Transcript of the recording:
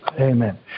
Amen